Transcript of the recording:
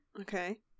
okay